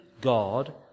God